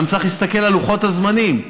צריך להסתכל גם על לוחות הזמנים.